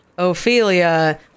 Ophelia